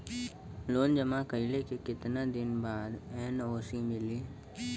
Loan जमा कइले के कितना दिन बाद एन.ओ.सी मिली?